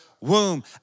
womb